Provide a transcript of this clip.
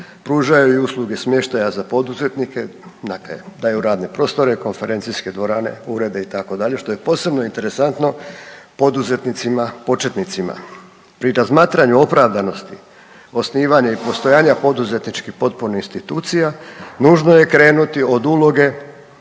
pružaju i usluge smještaja za poduzetnike, dakle daju radne prostore, konferencijske dvorane, urede, itd., što je posebno interesantno poduzetnicima početnicima. Pri razmatranju opravdanosti osnivanja i postojanja poduzetničkih potpornih institucija, nužno je krenuti od uloge